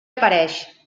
apareix